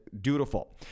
dutiful